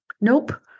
Nope